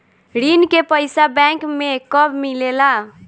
ऋण के पइसा बैंक मे कब मिले ला?